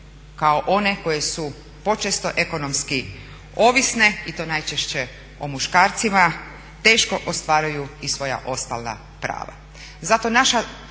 kao one koje su počesto ekonomski ovisne, i to najčešće o muškarcima, teško ostvaruju i svoja osnovna prava.